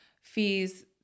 fees